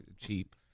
cheap